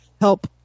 help